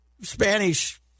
spanish